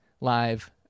live